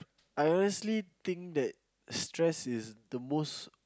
I honestly think that stress is the most